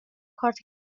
کارت